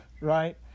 right